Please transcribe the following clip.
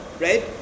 right